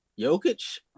Jokic